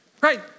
Right